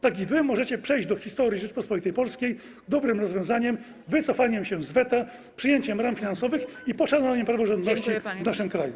Tak i wy możecie przejść do historii Rzeczypospolitej Polskiej dobrym rozwiązaniem, wycofaniem się z weta, przyjęciem ram finansowych i poszanowaniem praworządności w naszym kraju.